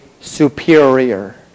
superior